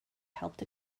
helped